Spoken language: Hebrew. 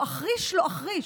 לא אחריש, לא אחריש.